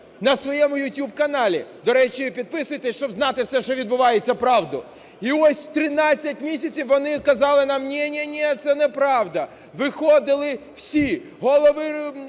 на своєму ютуб-каналі. До речі, підписуйтесь, щоб знати все, що відбувається, правду. І ось 13 місяців вони казали нам: ні-ні, це неправда. Виходили всі: голови,